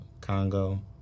Congo